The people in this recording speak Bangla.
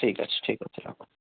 ঠিক আছে ঠিক আছে রাখুন